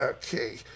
Okay